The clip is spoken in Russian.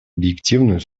объективную